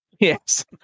Yes